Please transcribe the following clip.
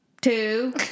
Two